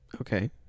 Okay